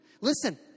Listen